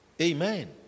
Amen